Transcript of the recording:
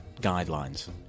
guidelines